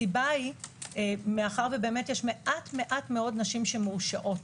הסיבה - מאחר שיש מעט מאוד נשים שמורשעות